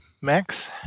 Max